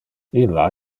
illa